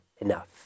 enough